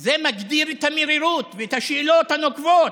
זה מגביר את המרירות ואת השאלות הנוקבות.